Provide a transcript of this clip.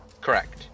Correct